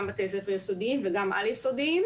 גם בתי ספר יסודיים וגם על-יסודיים.